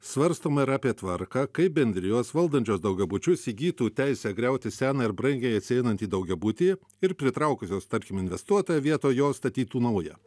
svarstoma ir apie tvarką kaip bendrijos valdančios daugiabučius įgytų teisę griauti seną ir brangiai atsieinanti daugiabutį ir pritraukusios tarkim investuotoją vietoj jo statytų naują